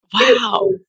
Wow